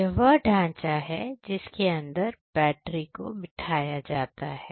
यह वह ढांचा है जिसके अंदर बैटरी को बिठाया जाता है